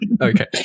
Okay